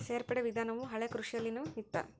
ಸೇರ್ಪಡೆ ವಿಧಾನವು ಹಳೆಕೃಷಿಯಲ್ಲಿನು ಇತ್ತ